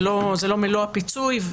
זה לא מלוא הפיצוי,